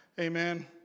Amen